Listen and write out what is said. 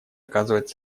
оказывать